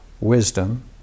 wisdom